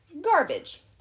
garbage